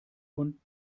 von